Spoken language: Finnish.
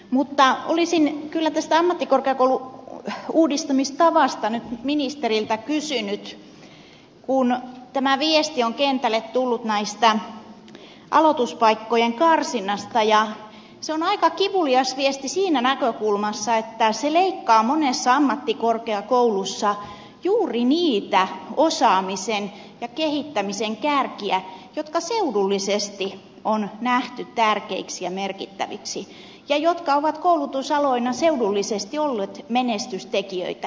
mutta olisin kyllä tästä ammattikorkeakoulu uudistamistavasta nyt ministeriltä kysynyt kun kentälle on tullut tämä viesti aloituspaikkojen karsinnasta ja se on aika kivulias viesti siitä näkökulmasta että se leikkaa monessa ammattikorkeakoulussa juuri niitä osaamisen ja kehittämisen kärkiä jotka seudullisesti on nähty tärkeiksi ja merkittäviksi ja jotka ovat koulutusaloina seudullisesti olleet menestystekijöitä